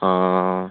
ହଁ